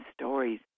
stories